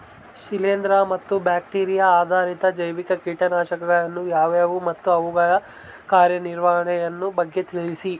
ಶಿಲೇಂದ್ರ ಮತ್ತು ಬ್ಯಾಕ್ಟಿರಿಯಾ ಆಧಾರಿತ ಜೈವಿಕ ಕೇಟನಾಶಕಗಳು ಯಾವುವು ಮತ್ತು ಅವುಗಳ ಕಾರ್ಯನಿರ್ವಹಣೆಯ ಬಗ್ಗೆ ತಿಳಿಸಿ?